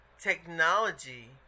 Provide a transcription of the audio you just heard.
technology